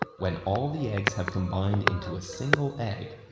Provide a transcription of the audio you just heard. when all the eggs have combined into a single egg,